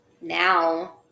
now